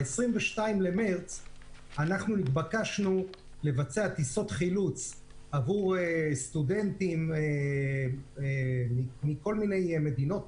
ב-22 במרס התבקשנו לבצע טיסות חילוץ עבור סטודנטים מכל מיני מדינות,